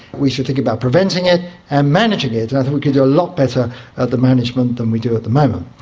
we should think about preventing it and managing it, and i think we could do a lot better at the management than we do at the moment.